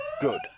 Good